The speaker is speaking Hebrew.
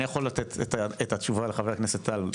אני יכול לתת את התשובה לחבר הכנסת טל,